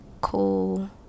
cool